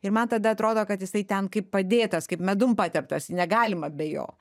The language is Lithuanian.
ir man tada atrodo kad jisai ten kaip padėtas kaip medum pateptas negalima be jo